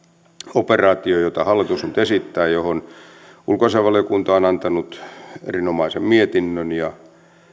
operaatio jota hallitus nyt esittää johon ulkoasiainvaliokunta on antanut erinomaisen mietinnön ja